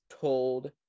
told